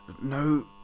No